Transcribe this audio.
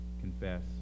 confess